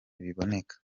biboneka